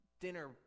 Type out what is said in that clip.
dinner